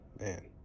Man